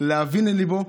להבין אל ליבו,